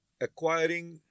acquiring